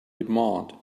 demand